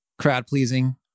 crowd-pleasing